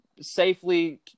safely